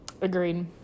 Agreed